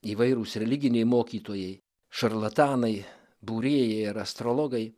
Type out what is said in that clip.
įvairūs religiniai mokytojai šarlatanai būrėjai ar astrologai